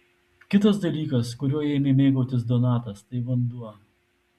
kitas dalykas kuriuo ėmė mėgautis donatas tai vanduo